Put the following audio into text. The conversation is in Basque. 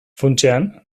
funtsean